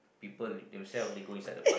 people they will sell they go inside the bus